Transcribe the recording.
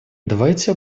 давайте